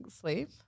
sleep